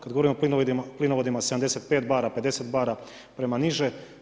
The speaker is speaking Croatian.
Kad govorimo o plinovodima 75 bara, 50 bara prema niže.